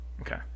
Okay